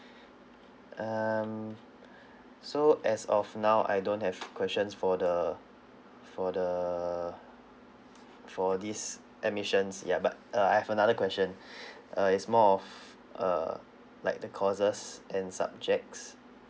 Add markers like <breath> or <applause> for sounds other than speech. <breath> um so as of now I don't have questions for the for the for these admissions ya but uh I have another question uh it's more of err like the courses and subjects